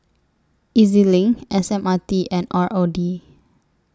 E Z LINK S M R T and R O D